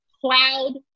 cloud